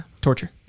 torture